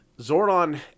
Zordon